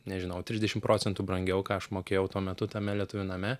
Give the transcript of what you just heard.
nežinau trisdešimt procentų brangiau ką aš mokėjau tuo metu tame lietuvių name